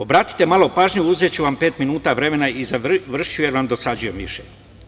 Obratite malo pažnju, uzeću vam pet minuta vremena i završiću, jer vam dosađujem više.